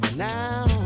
now